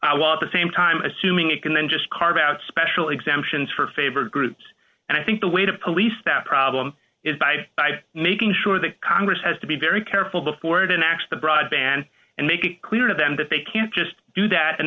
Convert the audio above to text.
i want the same time assuming it can then just carve out special exemptions for favored groups and i think the way to police that problem is by making sure that congress has to be very careful before the next the broadband and make it clear to them that they can't just do that and